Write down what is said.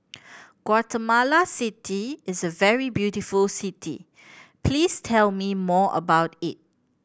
Guatemala City is a very beautiful city please tell me more about it